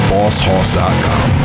Bosshorse.com